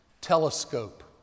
Telescope